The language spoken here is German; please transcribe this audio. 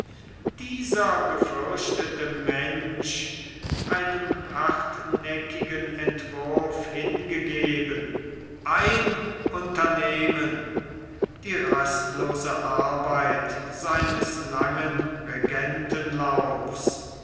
dieser gefürchtete mensch einem hartnäckigen entwurf hingegeben ein unternehmen die rastlose arbeit seines langen